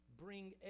Bring